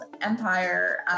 empire